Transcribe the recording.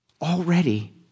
already